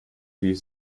die